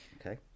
Okay